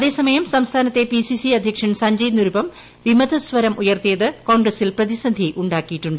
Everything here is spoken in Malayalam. അതേസമയം സംസ്ഥാനത്തെ പി സി സി അധ്യക്ഷൻ സഞ്ജയ് നിരുപം വിമതസ്വരം ഉയർത്തിയത് കോൺഗ്രസിൽ പ്രതിസന്ധി ഉാക്കിയിട്ടുണ്ട്